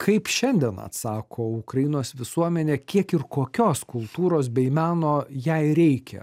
kaip šiandien atsako ukrainos visuomenė kiek ir kokios kultūros bei meno jai reikia